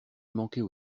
manquait